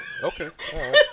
Okay